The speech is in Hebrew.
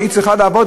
שהיא צריכה לעבוד.